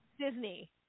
Disney